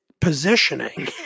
positioning